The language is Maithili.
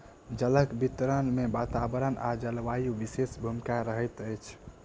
जलक वितरण मे वातावरण आ जलवायुक विशेष भूमिका रहैत अछि